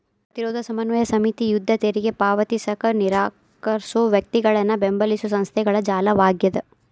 ಪ್ರತಿರೋಧ ಸಮನ್ವಯ ಸಮಿತಿ ಯುದ್ಧ ತೆರಿಗೆ ಪಾವತಿಸಕ ನಿರಾಕರ್ಸೋ ವ್ಯಕ್ತಿಗಳನ್ನ ಬೆಂಬಲಿಸೊ ಸಂಸ್ಥೆಗಳ ಜಾಲವಾಗ್ಯದ